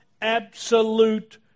absolute